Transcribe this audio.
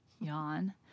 yawn